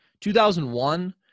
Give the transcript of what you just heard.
2001